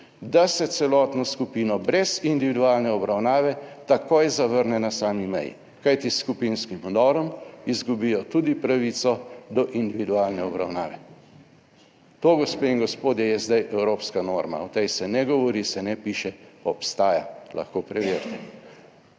da se celotno skupino brez individualne obravnave takoj zavrne na sami meji. Kajti s skupinskim vdorom izgubijo tudi pravico do individualne obravnave. To gospe in gospodje je zdaj evropska norma. O tem se ne govori, se ne piše, obstaja. Lahko preverite